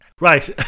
Right